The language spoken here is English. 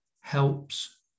helps